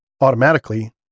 automatically